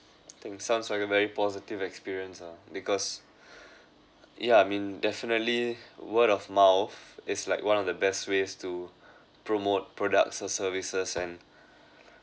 think sounds like a very positive experience ah because yeah I mean definitely word of mouth is like one of the best ways to promote products or services and